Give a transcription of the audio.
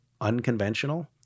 unconventional